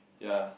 ya